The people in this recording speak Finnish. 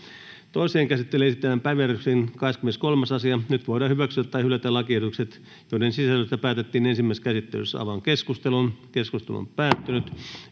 Toiseen käsittelyyn esitellään päiväjärjestyksen 11. asia. Nyt voidaan hyväksyä tai hylätä lakiehdotukset, joiden sisällöstä päätettiin ensimmäisessä käsittelyssä. — Keskustelu, edustaja Mäkynen,